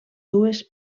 dues